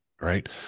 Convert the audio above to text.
right